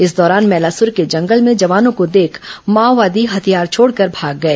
इस दौरान मैलासुर के जंगल में जवानों को देख माओवॉदी हथियार छोड़कर भाग गए